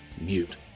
Mute